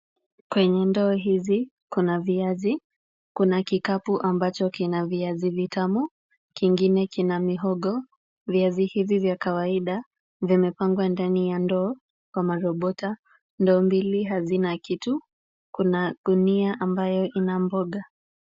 Kwenye ndoo hizi kuna viazi, kuna kikapu ambacho kina viazi vitamu kingine kina mihogo . Viazi vya kawaida vimepangwa ndani ya ndoo kama robota. Ndoo mbili hazina kitu . Kuna gunia ambayo ina mboga.